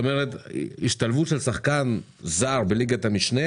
זאת אומרת השתלבות של שחקן זר בליגת המשנה,